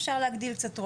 אפשר להגדיל קצת ראש.